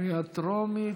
קריאה טרומית.